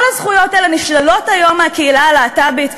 כל הזכויות האלה נשללות היום מהקהילה הלהט"בית,